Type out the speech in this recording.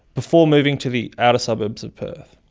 before moving to the outer suburbs of perth.